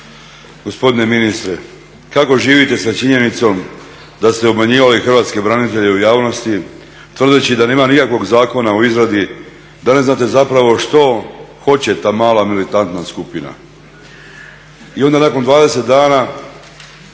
Gospodine ministre, kako živite sa činjenicom da ste obmanjivali hrvatske branitelje u javnosti tvrdeći da nema nikakvog zakona u izradi, da ne znate zapravo što hoće ta mala militantna skupina. I onda nakon 20 dana